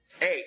Eight